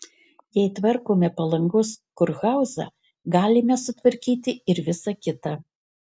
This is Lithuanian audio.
jei tvarkome palangos kurhauzą galime sutvarkyti ir visa kita